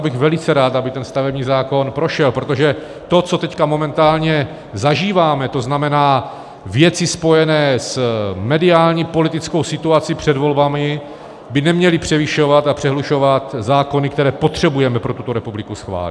Já bych velice rád, aby ten stavební zákon prošel, protože to, co teď momentálně zažíváme, to znamená věci spojené s mediální politickou situací před volbami, by nemělo převyšovat a přehlušovat zákony, které potřebujeme pro tuto republiku schválit.